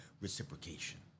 reciprocation